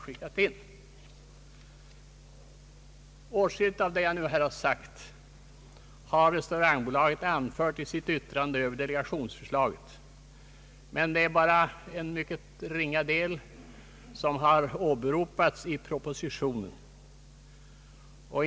Åtskilligt av det jag här har sagt har Restaurangbolaget anfört i sitt yttrande över delegationsförslaget, men bara en mycket ringa del härav har refererats i propositionen.